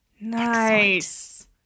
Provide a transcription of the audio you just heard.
nice